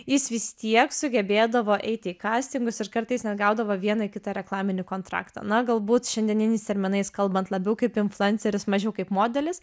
jis vis tiek sugebėdavo eiti į kastingus ir kartais net gaudavo vieną kitą reklaminį kontraktą na galbūt šiandieninias terminais kalbant labiau kaip influenceris mažiau kaip modelis